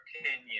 opinion